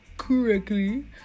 correctly